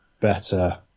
better